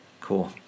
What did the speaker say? cool